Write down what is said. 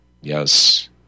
Yes